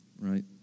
right